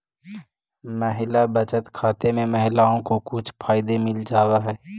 महिला बचत खाते में महिलाओं को कुछ फायदे मिल जावा हई